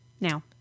now